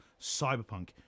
cyberpunk